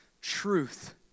truth